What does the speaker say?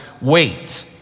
wait